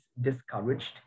discouraged